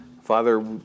Father